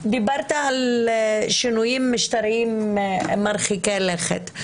אתה דיברת על שינויים משטריים מרחיקי לכת.